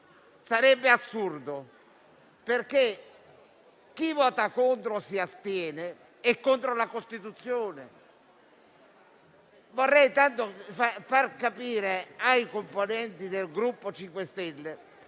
Sarebbe assurdo, perché chi vota contro o si astiene è contro la Costituzione. Vorrei tanto far capire ai componenti del Gruppo MoVimento